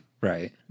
Right